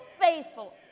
faithful